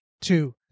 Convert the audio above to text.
Two